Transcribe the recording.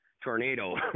tornado